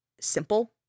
simple